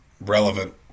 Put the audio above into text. relevant